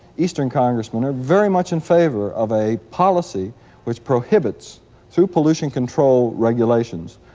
eastern congressmen are very much in favor of a policy which prohibits through pollution control regulations,